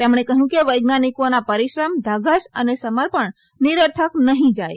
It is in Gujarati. તેમણે કહ્યું કે વૈજ્ઞાનિકોના પરિશ્રમ ધગશ અને સમર્પણ નિરર્થક નહી જાય